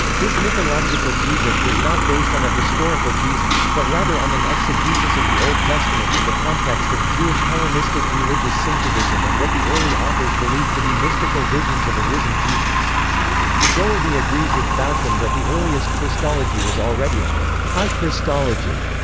this mythological jesus was not based on a historical jesus, but rather on an exegesis of the old testament in the context of jewish-hellenistic religious syncretism and what the early authors believed to be mystical visions of a risen jesus doherty agrees with bauckham that the earliest christology was already a high christology,